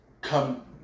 come